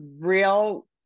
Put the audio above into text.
real